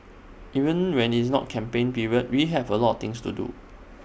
even when IT is not campaign period we have A lot things to do